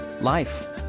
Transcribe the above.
life